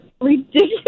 ridiculous